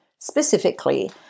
specifically